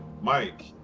Mike